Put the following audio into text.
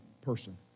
person